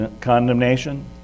condemnation